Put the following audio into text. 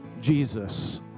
Jesus